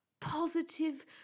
positive